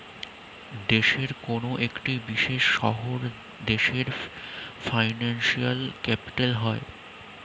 দেশের কোনো এক বিশেষ শহর দেশের ফিনান্সিয়াল ক্যাপিটাল হয়